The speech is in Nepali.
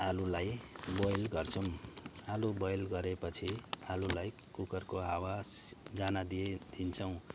आलुलाई बोइल गर्छौँ आलु बोइल गरेपछि आलुलाई कुकरको हावा जान दिए दिन्छौँ